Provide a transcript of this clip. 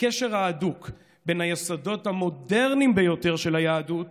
הקשר ההדוק בין היסודות המודרניים ביותר של היהדות,